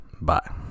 Bye